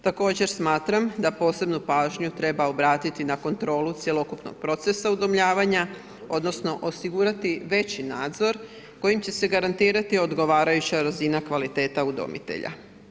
Također smatram da posebnu pažnju treba obratiti na kontrolu cjelokupnog procesa udomljavanja odnosno osigurati veći nadzor koji će se garantirati odgovarajuća razina kvaliteta udomitelja.